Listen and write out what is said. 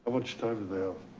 much time do they have?